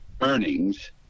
earnings